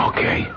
Okay